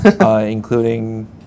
including